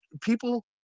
people